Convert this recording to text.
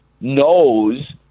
knows